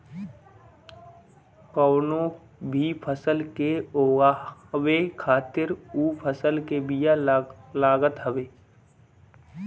कवनो भी फसल के उगावे खातिर उ फसल के बिया लागत हवे